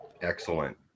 Excellent